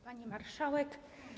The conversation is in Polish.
Pani Marszałek!